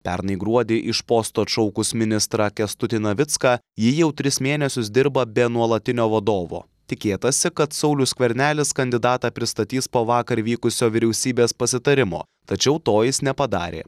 pernai gruodį iš posto atšaukus ministrą kęstutį navicką ji jau tris mėnesius dirba be nuolatinio vadovo tikėtasi kad saulius skvernelis kandidatą pristatys po vakar vykusio vyriausybės pasitarimo tačiau to jis nepadarė